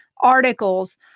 articles